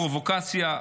פרובוקציה,